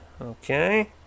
Okay